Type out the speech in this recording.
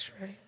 right